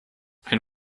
ein